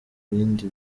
bindi